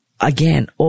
again